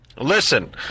listen